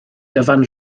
dyfan